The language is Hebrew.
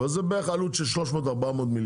אבל זה בערך עלות של 400-300 מיליון.